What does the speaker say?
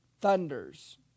thunders